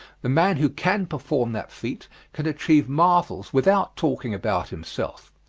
the man who can perform that feat can achieve marvels without talking about himself,